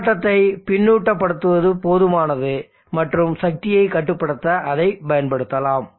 மின்னோட்டத்தை பின்னூட்டப்படுத்துவது போதுமானது மற்றும் சக்தியைக் கட்டுப்படுத்த அதைப் பயன் படுத்தலாம்